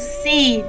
see